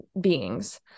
beings